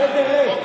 בחדר ריק,